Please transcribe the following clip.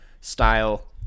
style